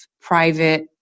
private